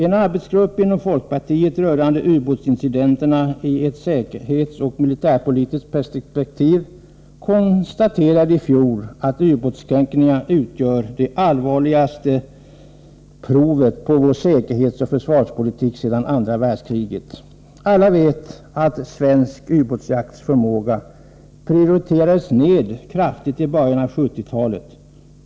En arbetsgrupp inom folkpartiet som studerade ubåtsincidenterna i ett säkerhetsoch militärpolitiskt perspektiv konstaterade i fjol att ”ubåtskränkningarna utgör det allvarligaste provet på vår säkerhetsoch försvarspolitik sedan andra världskriget”. Alla vet att svensk ubåtsjaktsförmåga prioriterades ned kraftigt i början av 1970-talet.